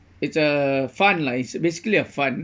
it's a fund lah it's basically a fund